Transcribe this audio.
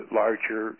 larger